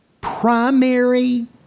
primary